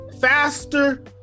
faster